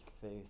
faith